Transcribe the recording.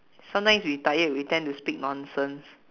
sometimes we tired we tend to speak nonsense